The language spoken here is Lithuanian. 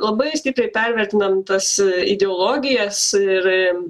labai stipriai pervertinam tas ideologijas ir